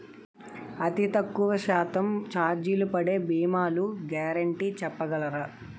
అతి తక్కువ శాతం ఛార్జీలు పడే భీమాలు గ్యారంటీ చెప్పగలరా?